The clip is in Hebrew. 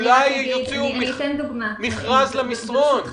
אולי יוציאו מכרז למסרון?